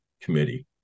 committee